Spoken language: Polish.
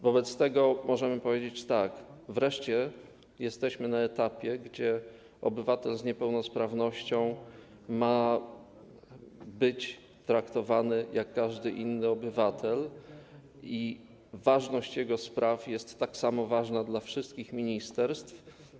Wobec tego możemy powiedzieć tak: wreszcie jesteśmy na etapie, na którym obywatel z niepełnosprawnością ma być traktowany jak każdy inny obywatel i jego sprawy mają być tak samo ważne dla wszystkich ministerstw.